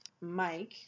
Mike